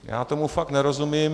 Já tomu fakt nerozumím.